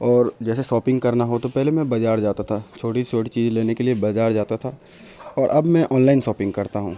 اور جیسے شاپنگ کرنا ہو تو پہلے میں بازار جاتا تھا چھوٹی سی چھوٹی چیز لینے کے لیے بازار جاتا تھا اور اب میں آن لائن شاپنگ کرتا ہوں